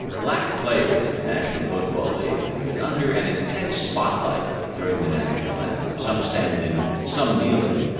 black players in the national football league have been under an intense spotlight during the national anthem, some standing, some kneeling.